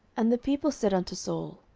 and the people said unto saul,